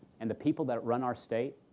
and the people that run our state,